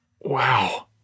Wow